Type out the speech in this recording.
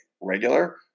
regular